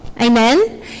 Amen